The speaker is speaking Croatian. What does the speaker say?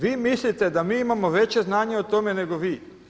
Vi mislite da mi imamo veće znanje o tome nego vi?